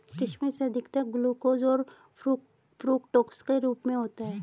किशमिश अधिकतर ग्लूकोस और फ़्रूक्टोस के रूप में होता है